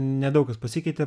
nedaug kas pasikeitė